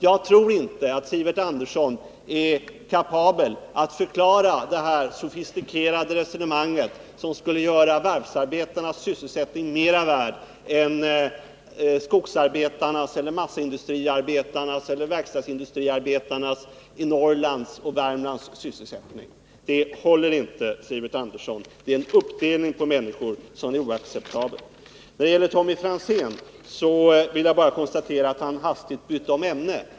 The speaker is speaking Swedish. Jag tror inte att Sivert Andersson är kapabel att utveckla det sofistikerade resonemang som skulle krävas för att förklara varför varvsarbetarnas sysselsättning skulle vara mera värd än sysselsättningen för de skogsarbetare, massaindustriarbetare eller verkstadsindustriarbetare som står utan arbete i Norrland eller i Värmland. Ett sådant resonemang håller inte, Sivert Andersson. Det innebär en oacceptabel uppdelning av människor. När det gäller Tommy Franzéns inlägg vill jag bara konstatera att denne hastigt bytte ämne.